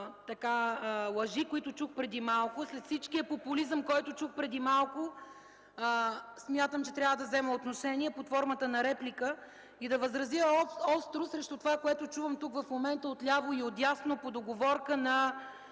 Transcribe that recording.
лъжи, които чух преди малко, след всичкия популизъм, който чух преди малко, смятам, че трябва да взема отношение под формата на реплика и да възразя остро срещу това, което чувам тук в момента отляво и отдясно по договорка на